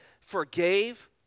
forgave